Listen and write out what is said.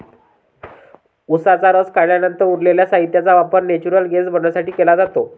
उसाचा रस काढल्यानंतर उरलेल्या साहित्याचा वापर नेचुरल गैस बनवण्यासाठी केला जातो